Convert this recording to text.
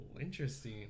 interesting